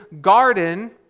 garden